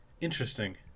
Interesting